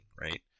right